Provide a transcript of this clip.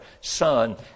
Son